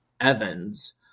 Evans